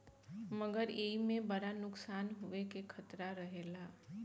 मगर एईमे बड़ा नुकसान होवे के खतरा रहेला